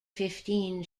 fifteen